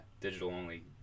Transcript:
digital-only